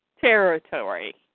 territory